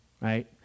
right